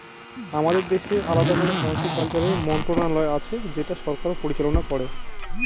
আমাদের দেশে আলাদা করে হর্টিকালচারের মন্ত্রণালয় আছে যেটা সরকার পরিচালনা করে